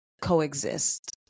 coexist